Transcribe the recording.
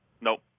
Nope